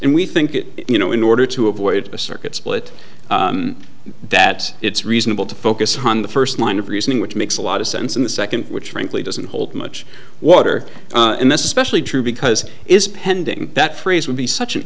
and we think it you know in order to avoid a circuit split that it's reasonable to focus on the first line of reasoning which makes a lot of sense in the second which frankly doesn't hold much water in this especially true because it is pending that phrase would be such an